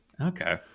Okay